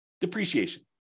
depreciation